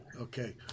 Okay